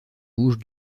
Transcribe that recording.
rouge